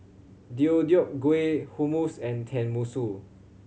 Deodeok Gui Hummus and Tenmusu